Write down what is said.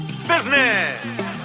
business